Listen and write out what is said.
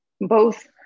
Both-